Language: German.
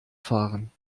fahren